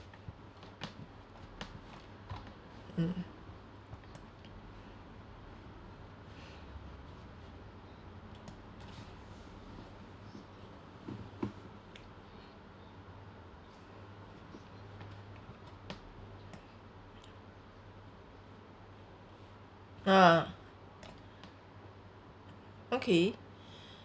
mm ah okay